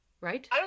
Right